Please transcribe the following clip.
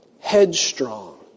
headstrong